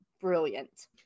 brilliant